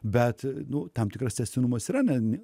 bet nu tam tikras tęstinumas yra namie